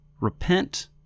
Repent